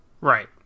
Right